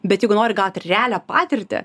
bet eigu nori gaut realią patirtį